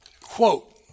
Quote